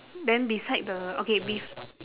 then beside the okay bef~